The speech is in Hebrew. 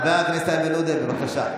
חבר הכנסת איימן עודה, בבקשה.